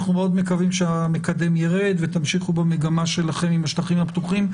אנחנו מאוד מקווים שהמקדם ירד ותמשיכו במגמה שלכם עם השטחים הפתוחים.